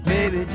Baby